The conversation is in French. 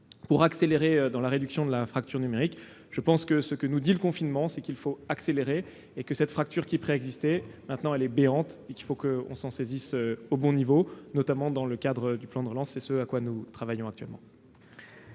pour accélérer la réduction de la fracture numérique. Ce que nous dit le confinement, c'est qu'il faut accélérer et que cette fracture, qui préexistait, est maintenant béante et qu'il faut s'en saisir au bon niveau, notamment dans le cadre du plan de relance. C'est ce à quoi nous travaillons. Très bien